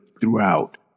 throughout